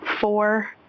four